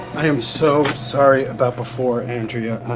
i am so sorry about before, andrea.